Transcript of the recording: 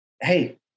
Hey